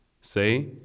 Say